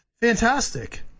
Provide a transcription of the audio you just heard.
Fantastic